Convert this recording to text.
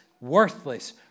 worthless